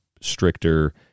stricter